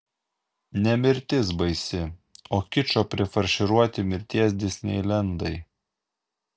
ne mirtis baisi o kičo prifarširuoti mirties disneilendai